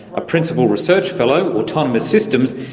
a principal research fellow, autonomous systems,